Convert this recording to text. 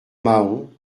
mahon